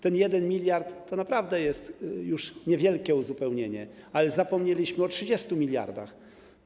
Ten 1 mld zł to naprawdę jest już niewielkie uzupełnienie, ale zapomnieliśmy o 30 mld zł.